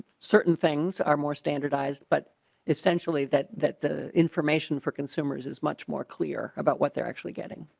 certain things are more standardized but essentially that that the information for consumers as much more clear about what they're actually getting.